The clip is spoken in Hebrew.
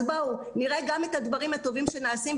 אז בואו נראה גם את הדברים הטובים שנעשים,